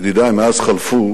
ידידי, מאז חלפו